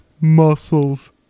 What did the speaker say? muscles